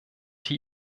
die